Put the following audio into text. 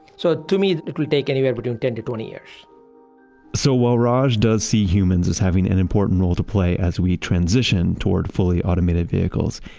so to me, it will take anywhere between ten to twenty years so while raj does see humans as having an important role to play as we transition toward fully automated vehicles,